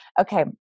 Okay